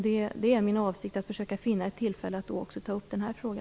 Det är min avsikt att då försöka finna ett tillfälle att ta upp också denna fråga.